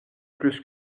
plus